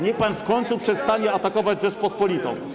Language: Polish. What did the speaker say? Niech pan w końcu przestanie atakować Rzeczpospolitą.